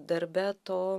darbe to